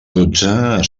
dotze